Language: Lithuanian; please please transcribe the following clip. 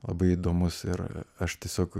labai įdomus ir aš tiesiog